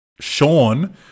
Sean